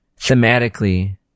thematically